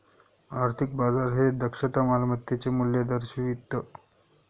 आर्थिक बाजार हे दक्षता मालमत्तेचे मूल्य दर्शवितं